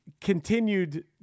continued